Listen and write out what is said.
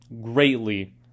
greatly